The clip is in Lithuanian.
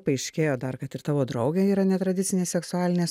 paaiškėjo dar kad ir tavo draugė yra netradicinė seksualinės